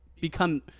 become